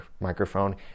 microphone